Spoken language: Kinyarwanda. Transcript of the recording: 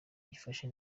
yifashe